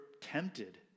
tempted